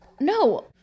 No